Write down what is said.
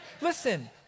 Listen